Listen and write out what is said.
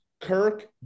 Kirk